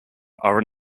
are